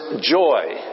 joy